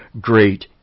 great